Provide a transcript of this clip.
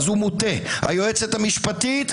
אז הוא מוטה; היועצת המשפטית